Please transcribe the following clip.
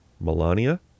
Melania